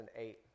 2008